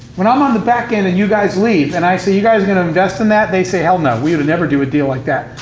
when i'm on the back end and you guys leave, and i say, you guys are gonna invest in that? they say, hell no. we would never do a deal like that.